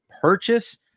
purchase